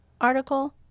article